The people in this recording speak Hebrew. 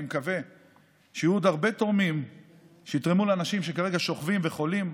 אני מקווה שיהיו עוד הרבה תורמים שיתרמו לאנשים שכרגע שוכבים חולים.